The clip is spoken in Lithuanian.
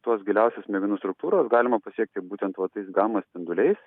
tuos giliausius smegenų struktūras galima pasiekti būtent va tais gama spinduliais